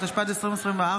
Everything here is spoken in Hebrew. התשפ"ד 2024,